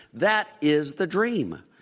that is the dream,